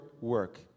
work